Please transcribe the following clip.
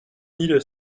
mille